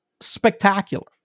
spectacular